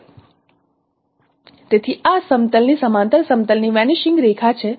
તેથી આ સમતલની સમાંતર સમતલ ની વેનીશિંગ રેખા છે